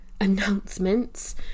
announcements